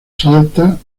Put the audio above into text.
salta